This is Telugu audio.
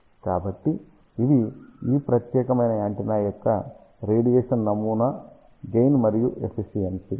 కాబట్టి ఇవి ఈ ప్రత్యేకమైన యాంటెన్నా యొక్క రేడియేషన్ నమూనా గెయిన్ మరియు ఎఫిషియన్షి